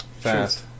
fast